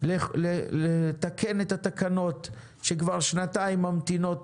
לתקן את התקנות שכבר שנתיים ממתינות,